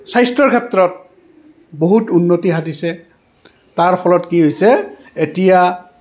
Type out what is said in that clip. স্বাস্থ্যৰ ক্ষেত্ৰত বহুত উন্নতি সাধিছে তাৰ ফলত কি হৈছে এতিয়া